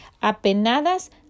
apenadas